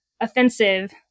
offensive